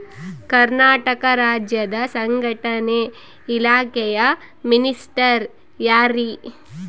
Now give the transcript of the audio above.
ಕರ್ನಾಟಕ ರಾಜ್ಯದ ಸಂಘಟನೆ ಇಲಾಖೆಯ ಮಿನಿಸ್ಟರ್ ಯಾರ್ರಿ?